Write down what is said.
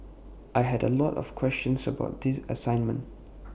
I had A lot of questions about the assignment